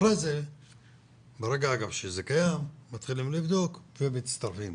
ברגע שזה קיים, מתחילים לבדוק ומצטרפים.